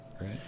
right